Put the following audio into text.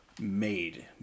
made